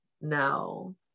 No